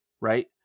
right